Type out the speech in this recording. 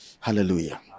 Hallelujah